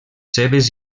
seves